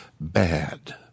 Bad